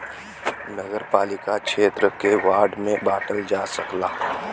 नगरपालिका क्षेत्र के वार्ड में बांटल जा सकला